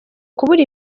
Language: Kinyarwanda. kubura